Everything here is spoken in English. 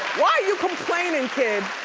why are you complaining, kid?